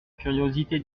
curiosité